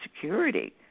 security